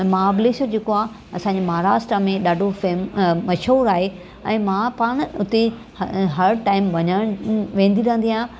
महाबलेश्वर जेको आहे असांजे महाराष्ट्रा में ॾाढो फेम अ मशहूरु आहे ऐं मां पाण हुते ह हर टैम वञण वेंदी रहंदी आहियां